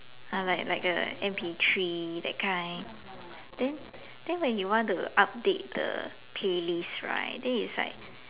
!huh! like like a M_P three that kind then then when you want to update the playlist right then it's like